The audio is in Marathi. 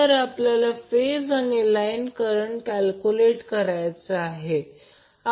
तर आपल्याला फेज आणि लाईन करंट कॅल्क्युलेट करायचा आहे